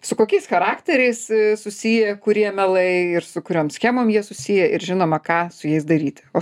su kokiais charakteriais susiję kurie mielai ir su kuriom schemom jie susiję ir žinoma ką su jais daryti o